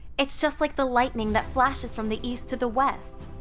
it's just like the lightning that flashes from the east to the west.